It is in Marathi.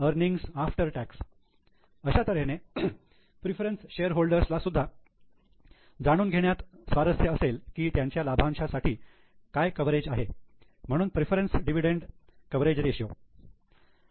अर्निंग्स आफ्टर टेक्स अशाच तऱ्हेने प्रेफरन्स शेअरहोल्डर्स ला सुद्धा जाणून घेण्यात स्वारस्य असेल की त्यांच्या लाभांशसाठी काय कव्हरेज आहे म्हणून प्रेफरन्स डिव्हिडंड कव्हरेज रेषीयो